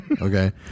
okay